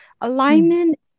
Alignment